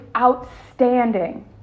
outstanding